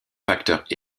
facteur